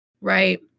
right